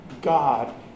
God